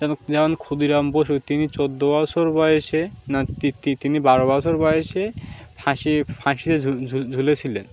যেমন ক্ষুদিরাম বসু তিনি চোদ্দো বছর বয়সে না তিনি বারো বছর বয়সে ফাঁসি ফাঁসিতে ঝুলেছিলেন